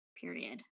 period